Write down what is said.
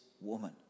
woman